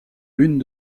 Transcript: lune